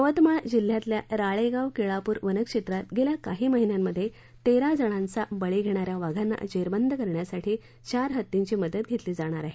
यवतमाळ जिल्ह्यातल्या राळेगाव केळापूर वनक्षेत्रात गेल्या काही महिन्यांमध्ये तेरा जणांचा बळी घेणाऱ्या वाघांना जेरबंद करण्यासाठी चार हत्तींची मदत घेतली जाणार आहे